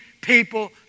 people